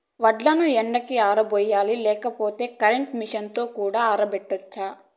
వడ్లను ఎండకి ఆరబోయాలి లేకపోతే కరెంట్ మెషీన్ తో కూడా ఆరబెట్టచ్చు